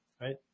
right